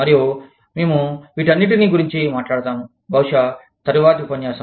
మరియు మేము వీటన్నిటి గురించి మాట్లాడుతాము బహుశా తరువాతి ఉపన్యాసం